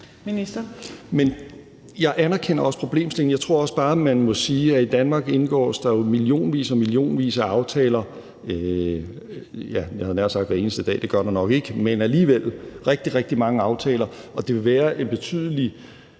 jeg anerkender også problemstillingen. Jeg tror også bare, man må sige, at i Danmark indgås der millionvis af aftaler, jeg havde nær sagt hver eneste dag, men det gør der nok ikke. Men alligevel er det rigtig, rigtig mange aftaler, og det vil være en betydelig